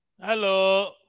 Hello